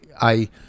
I-